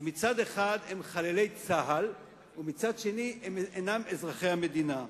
שמצד אחד הם חללי צה"ל ומצד שני הם אינם אזרחי המדינה.